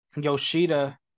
Yoshida